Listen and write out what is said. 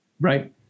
Right